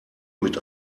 mit